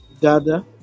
gather